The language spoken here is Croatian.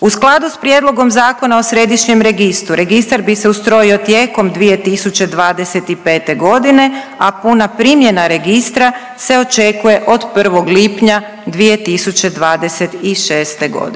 U skladu s Prijedlogom Zakona o središnjem registru registar bi se ustrojio tijekom 2025.g., a puna primjena registra se očekuje od 1. lipnja 2026.g.,